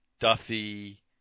Duffy